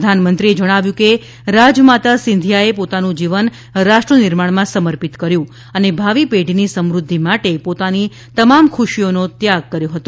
પ્રધાનમંત્રીએ જણાવ્યું કે રાજમાતા સિંધિયાએ પોતાનું જીવન રાષ્ટ્રઘનિર્માણમાં સમર્પિત કર્યું અને ભાવિપેઢીની સમૃદ્ધિ માટે પોતાના તમામ ખુશીઓનો ત્યાગ કર્યો હતો